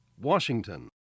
Washington